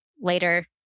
later